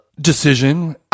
decision